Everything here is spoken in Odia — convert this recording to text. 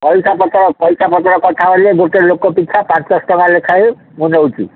ପଇସା ପତ୍ର ପଇସା ପତ୍ର କଥା ହେଲେ ଗୋଟେ ଲୋକ ପିଛା ପାଞ୍ଚଶହ ଟଙ୍କା ଲେଖାଏଁ ମୁଁ ନେଉଛି